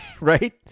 Right